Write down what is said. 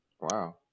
Wow